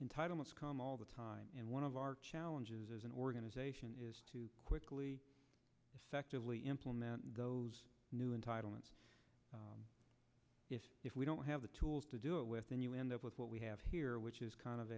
in title most come all the time and one of our challenges as an organization is to quickly implement those new entitlements if we don't have the tools to do it with then you end up with what we have here which is kind of